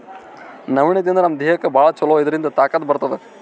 ನವಣಿ ತಿಂದ್ರ್ ನಮ್ ದೇಹಕ್ಕ್ ಭಾಳ್ ಛಲೋ ಇದ್ರಿಂದ್ ತಾಕತ್ ಬರ್ತದ್